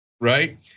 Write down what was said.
right